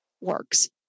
works